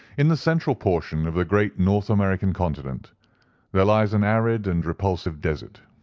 in the central portion of the great north american continent there lies an arid and repulsive desert,